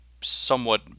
somewhat